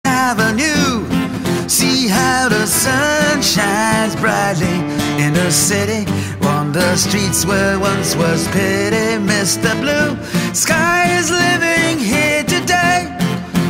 כתוביות דיוקים על ידי כתוביות אינסטגרם